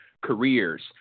careers